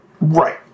Right